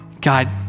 God